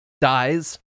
dies